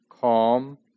calm